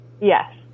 Yes